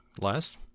last